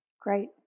Great